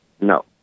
No